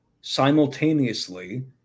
simultaneously